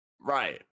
Right